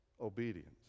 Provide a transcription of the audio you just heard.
obedience